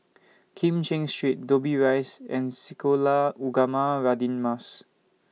Kim Cheng Street Dobbie Rise and Sekolah Ugama Radin Mas